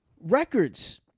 Records